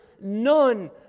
none